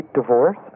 divorce